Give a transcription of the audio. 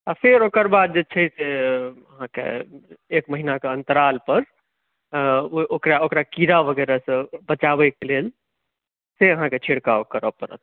आ फेर ओकर बाद जे छै से अहाँके एक महीनाके अन्तरालपर ओकरा ओकरा कीड़ा वगैरहसँ बचाबैके लेल से अहाँके छिड़काव करय पड़त